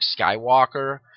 Skywalker